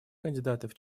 кандидатов